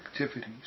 activities